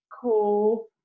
cool